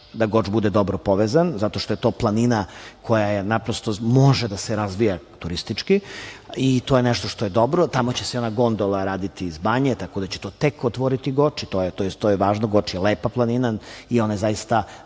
da Goč bude dobro povezan zato što je to planina koja naprosto može da se razvija turistički i to je nešto što je dobro. Tamo će se raditi gondola iz banje, tako da će to tek otvoriti Goč. To je važno, Goč je lepa planina i ona je zaista